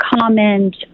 comment